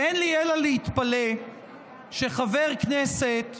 ואין לי אלא להתפלא שחבר כנסת,